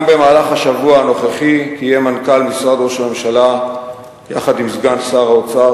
גם במהלך השבוע הנוכחי קיים מנכ"ל משרד ראש הממשלה יחד עם סגן שר האוצר,